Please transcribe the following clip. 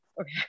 okay